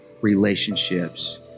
relationships